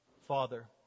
Father